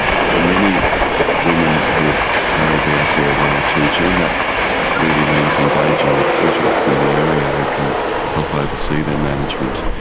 for many women who carry a b r c a a one or two gene that really means engaging with specialists in the area who can help oversee their management.